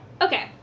Okay